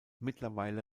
mittlerweile